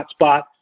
hotspots